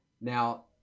Now